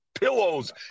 pillows